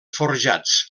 forjats